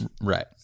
Right